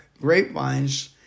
grapevines